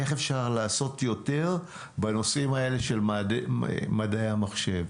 איך אפשר לעשות יותר בנושאים האלה של מדעי המחשב?